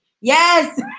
Yes